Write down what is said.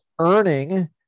earning